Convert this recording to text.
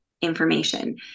information